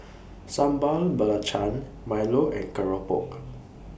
Sambal Belacan Milo and Keropok